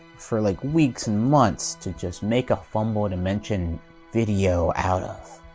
for like weeks, and months to just make a fumble dimension video out of.